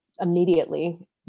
immediately